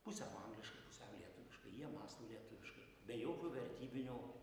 pusiau angliškai pusiau lietuviškai jie mąsto lietuviškai be jokio vertybinio